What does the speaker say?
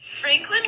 Franklin